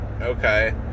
okay